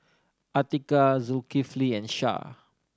Atiqah Zulkifli and Syah